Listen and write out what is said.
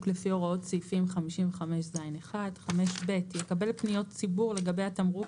לפי הוראות סעיף 55ז1. "(5ב)יקבל פניות ציבור לגבי התמרוק